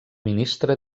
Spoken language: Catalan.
ministre